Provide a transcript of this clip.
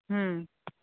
হুম